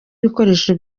ibikoresho